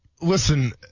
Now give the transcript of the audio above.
Listen